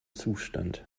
zustand